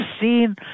seen